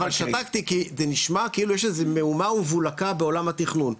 אבל שתקתי כי זה נשמע כאילו יש מהומה ומבולקה בעולם התכנון,